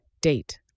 Date